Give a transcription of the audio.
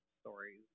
stories